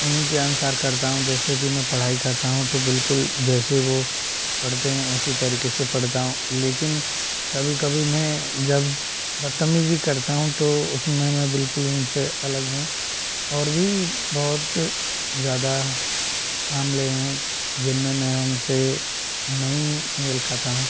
उन्ही के अनुसार करता हूँ जैसे कि मैं पढ़ाई करता हूँ तो बिल्कुल जैसे वो पढ़ते हैं उसी तरीके से पढ़ता हूँ लेकिन कभी कभी मैं जब बदतमीजी करता हूँ तो उसमें मैं बिल्कुल उनसे अलग हूँ और भी बहुत ज्यादा मामले हैं जिनमें मैं उनसे नहीं मेल खाता हूँ